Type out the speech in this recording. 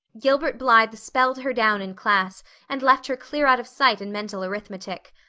gilbert blythe spelled her down in class and left her clear out of sight in mental arithmetic.